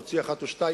להוציא אחת או שתיים,